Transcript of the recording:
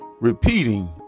repeating